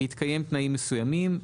בהתקיים תנאים מסוימים,